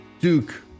Duke